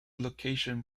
location